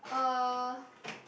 uh